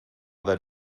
that